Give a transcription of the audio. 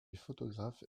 photographe